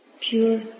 pure